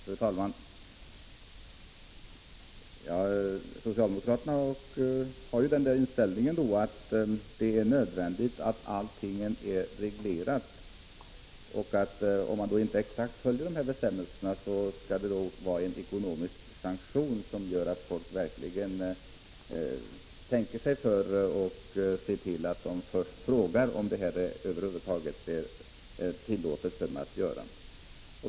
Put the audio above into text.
Fru talman! Socialdemokraterna har ju inställningen att allt skall vara reglerat. Om bestämmelserna inte följs anser man att det skall bli en ekonomisk sanktion, så att människor verkligen tänker sig för och först frågar om det och om det över huvud taget är tillåtet.